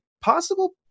possible